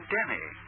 Denny